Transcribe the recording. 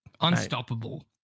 Unstoppable